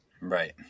Right